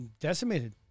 decimated